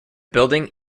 building